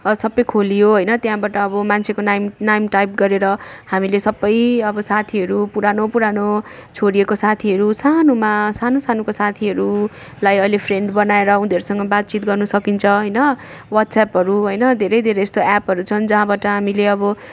सब खोलियो होइन त्यहाँबाट अब मान्छेको नेम नाम टाइप गरेर हामीले सब अब साथीहरू पुरानो पुरानो छोडिएको साथीहरू सानोमा सानो सानोको साथीहरूलाई अहिले फ्रेन्ड बनाएर उनीहरूसँग बातचित गर्नु सकिन्छ होइन वाट्सएपहरू होइन धेरै धेरै यस्तो एपहरू छन् जहाँबाट हामीले अब